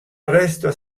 arresto